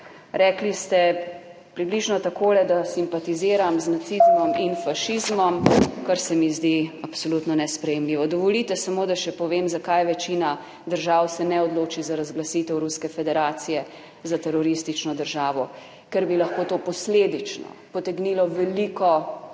rekli ste približno takole, da simpatiziram z nacizmom / znak za konec razprave/ in fašizmom, kar se mi zdi absolutno nesprejemljivo. Dovolite samo, da še povem, zakaj večina držav se ne odloči za razglasitev Ruske federacije za teroristično državo. Ker bi lahko to posledično potegnilo veliko slabih